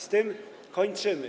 Z tym kończymy.